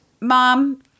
Mom